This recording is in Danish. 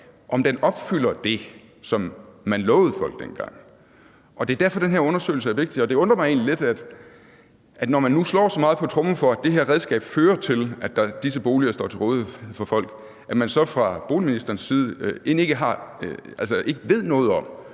om den opfylder det, som man lovede folk dengang. Det er derfor, den her undersøgelse er vigtig, og det undrer mig egentlig lidt, når man nu slår så meget på tromme for, at det her redskab fører til, at disse boliger står til rådighed for folk, at man så fra boligministerens side ikke ved noget om,